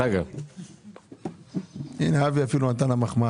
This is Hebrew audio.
נעשה הבחנה.